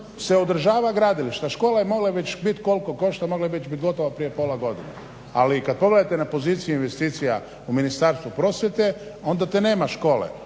se održava gradilište, a škola koliko košta mogla je već bit gotova prije pola godine, ali i kad pogledate na poziciju investicija u Ministarstvu prosvjete, onda te nema škole,